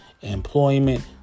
employment